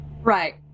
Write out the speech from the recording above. Right